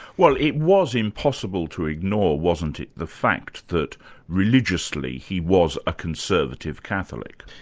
well it was impossible to ignore wasn't it, the fact that religiously he was a conservative catholic?